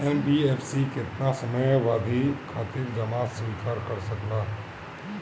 NBFC केतना समयावधि खातिर जमा स्वीकार कर सकला?